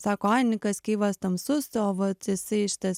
sako ai nikas keivas tamsus tai o va isai šitas